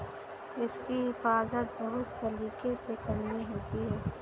इसकी हिफाज़त बहुत सलीके से करनी होती है